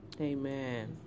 Amen